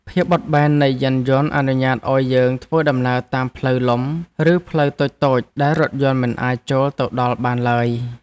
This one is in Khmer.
ភាពបត់បែននៃយានយន្តអនុញ្ញាតឱ្យយើងធ្វើដំណើរតាមផ្លូវលំឬផ្លូវតូចៗដែលរថយន្តមិនអាចចូលទៅដល់បានឡើយ។